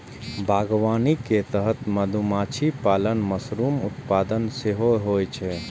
बागवानी के तहत मधुमाछी पालन, मशरूम उत्पादन सेहो होइ छै